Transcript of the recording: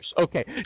Okay